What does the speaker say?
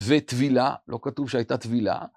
וטבילה, לא כתוב שהייתה טבילה.